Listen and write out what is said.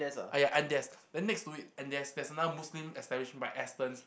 ah ya Andes then next to it and there's there's another Muslim establishment by Astons